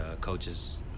coaches